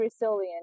resilient